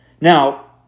Now